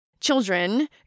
children